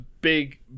big